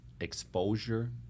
Exposure